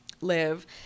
live